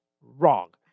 Wrong